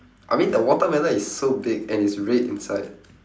I mean the watermelon is so big and it's red inside